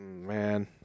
Man